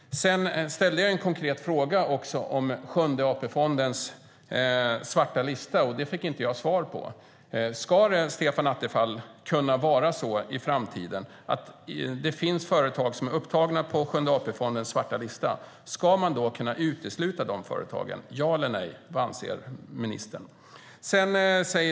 Jag ställde en konkret fråga om Sjunde AP-fondens svarta lista, men den fick jag inte svar på. Ska det, Stefan Attefall, i framtiden vara så att företag som är upptagna på Sjunde AP-fondens svarta lista kan uteslutas? Ja eller nej! Vad anser ministern?